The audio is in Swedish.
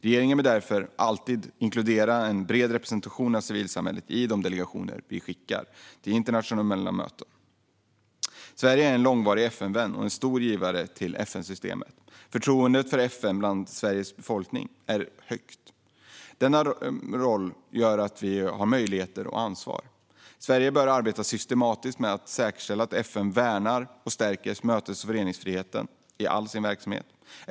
Regeringen bör därför alltid inkludera en bred representation av civilsamhället i de delegationer man skickar till internationella möten. Sverige är långvarig FN-vän och stor givare till FN-systemet. Förtroendet för FN bland Sveriges befolkning är högt. Med denna roll följer möjligheter och ansvar. Sverige bör arbeta systematiskt med att säkerställa att FN värnar och stärker mötes och föreningsfriheten i all sin verksamhet.